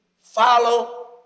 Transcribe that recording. follow